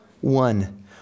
One